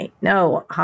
No